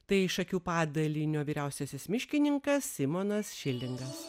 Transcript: tai šakių padalinio vyriausiasis miškininkas simonas šilingas